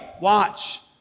Watch